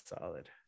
solid